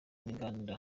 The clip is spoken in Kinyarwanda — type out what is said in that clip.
n’inganda